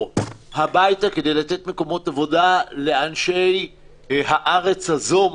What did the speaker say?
הביתה כדי לתת מקומות עבודה לאנשי הארץ הזו.